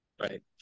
Right